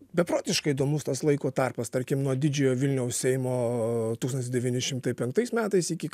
beprotiškai įdomus tas laiko tarpas tarkim nuo didžiojo vilniaus seimo tūkstantis devyni šimtai penktais metais iki